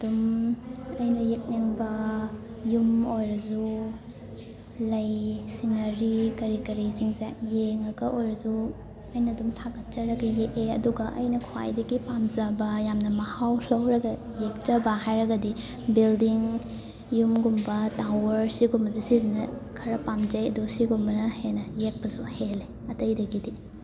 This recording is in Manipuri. ꯑꯗꯨꯝ ꯑꯩꯅ ꯌꯦꯛꯅꯤꯡꯕ ꯌꯨꯝ ꯑꯣꯏꯔꯁꯨ ꯂꯩ ꯁꯤꯅꯔꯤ ꯀꯔꯤ ꯀꯔꯤꯁꯤꯡꯁꯦ ꯌꯦꯡꯉꯒ ꯑꯣꯏꯔꯁꯨ ꯑꯩꯅ ꯑꯗꯨꯝ ꯁꯥꯒꯠꯆꯔꯒ ꯌꯦꯛꯑꯦ ꯑꯗꯨꯒ ꯑꯩꯅ ꯈ꯭ꯋꯥꯏꯗꯒꯤ ꯄꯥꯝꯖꯕ ꯌꯥꯝꯅ ꯃꯍꯥꯎ ꯂꯧꯔꯒ ꯌꯦꯛꯆꯕ ꯍꯥꯏꯔꯒꯗꯤ ꯕꯤꯜꯗꯤꯡ ꯌꯨꯝ ꯒꯨꯝꯕ ꯇꯥꯋꯔ ꯁꯤꯒꯨꯝꯕꯁꯦ ꯁꯤꯁꯤꯅ ꯈꯔ ꯄꯥꯝꯖꯩ ꯑꯗꯨꯒ ꯁꯤꯒꯨꯝꯕꯅ ꯍꯦꯟꯅ ꯌꯦꯛꯄꯁꯨ ꯍꯦꯜꯂꯦ ꯑꯇꯩꯗꯒꯤꯗꯤ